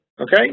Okay